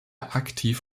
aktiv